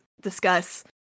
discuss